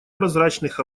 прозрачных